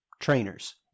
trainers